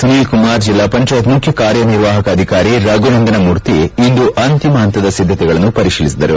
ಸುನೀಲ್ ಕುಮಾರ್ ಜಿಲ್ಲಾ ಪಂಚಾಯತ್ ಮುಖ್ಯ ಕಾರ್ಯನಿರ್ವಾಹಕ ಅಧಿಕಾರಿ ರಘುನಂದನ ಮೂರ್ತಿ ಇಂದು ಅಂತಿಮ ಹಂತದ ಸಿದ್ದತೆಗಳನ್ನು ಪರಿಶೀಲಿಸಿದರು